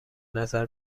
نظر